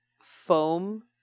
foam